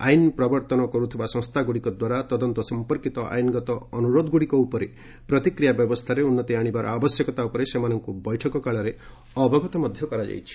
ଆଇନ୍ ପ୍ରବର୍ତ୍ତନ କରୁଥିବା ସଂସ୍ଥାଗୁଡ଼ିକ ଦ୍ୱାରା ତଦନ୍ତ ସଂପର୍କିତ ଆଇନଗତ ଅନୁରୋଧଗୁଡ଼ିକ ଉପରେ ପ୍ରତିକ୍ରିୟା ବ୍ୟବସ୍ଥାରେ ଉନ୍ନତି ଆଶିବାର ଆବଶ୍ୟକତା ଉପରେ ସେମାନଙ୍କୁ ବୈଠକ କାଳରେ ଅବଗତ କରାଯାଇଥିଲା